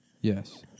Yes